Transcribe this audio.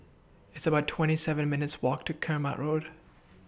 It's about twenty seven minutes' Walk to Keramat Road